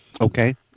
Okay